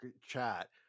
chat